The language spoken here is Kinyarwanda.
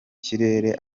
kirere